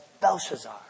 Belshazzar